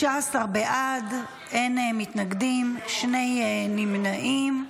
19 בעד, אין מתנגדים, שני נמנעים.